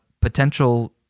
potential